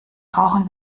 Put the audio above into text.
brauchen